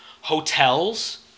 hotels